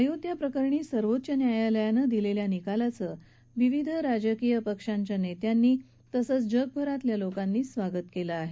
अयोध्या प्रकरणी सर्वोच्च न्यायालयानं दिलेल्या निकालाचं विविध राजकीय पक्षांच्या नेत्यांनी आणि तसंच जगभरातल्या लोकांनी स्वागत केलं आहे